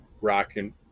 rocking